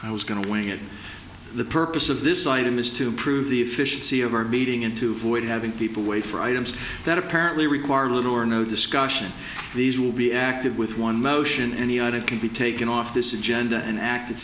i was going to wing it the purpose of this item is to improve the efficiency of our meeting and to avoid having people wait for items that apparently require little or no discussion these will be active with one motion any idea can be taken off this agenda and acted